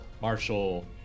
Marshall